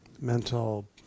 Mental